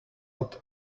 not